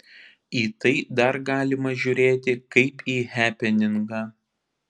į tai dar galima žiūrėti kaip į hepeningą